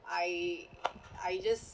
I I just